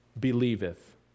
believeth